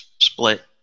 split